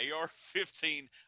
AR-15